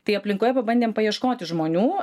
tai aplinkoje pabandėm paieškoti žmonių